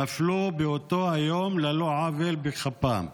נפלו באותו היום על לא עוול בכפם.